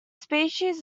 species